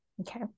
Okay